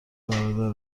برادر